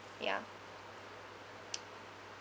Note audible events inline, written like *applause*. ya *noise*